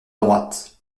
droite